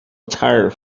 tire